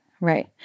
right